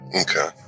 Okay